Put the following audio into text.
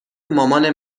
مامانه